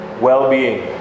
well-being